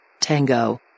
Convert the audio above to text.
Tango